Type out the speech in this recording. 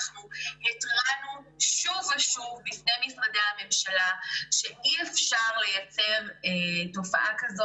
אנחנו התרענו שוב ושוב בפני משרדי הממשלה שאי אפשר לייצר תופעה כזו.